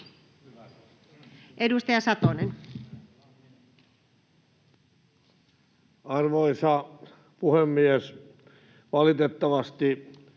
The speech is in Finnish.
Edustaja Satonen. Arvoisa puhemies! Valitettavasti työllisyyden